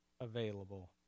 available